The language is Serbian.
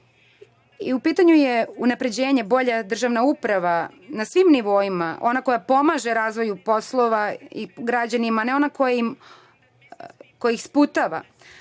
U pitanju je unapređenje bolje državne uprave na svim nivoima, ona koja pomaže razvoju poslova i građanima, a ne ona koja ih sputava.